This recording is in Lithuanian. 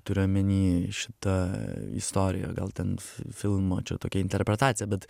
turiu omeny šita istorija gal ten filmo čia tokia interpretacija bet